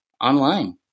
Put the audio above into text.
online